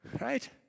Right